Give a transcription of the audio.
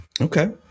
Okay